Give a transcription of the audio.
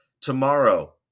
Tomorrow